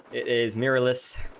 a's muralist